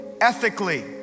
ethically